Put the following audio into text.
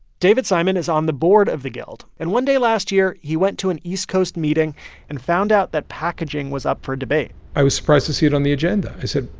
david simon is on the board of the guild. and one day last year, he went to an east coast meeting and found out that packaging was up for debate i was surprised to see it on the agenda. i said,